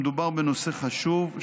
שמדובר בנושא חשוב,